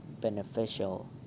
beneficial